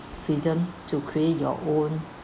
freedom to create your own